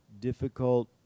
difficult